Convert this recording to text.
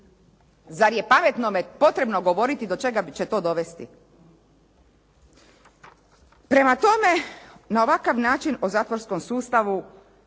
Zar je pametnome potrebno govoriti do čega će to dovesti? Prema tome, na ovakav način o zatvorskom sustavu